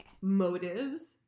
motives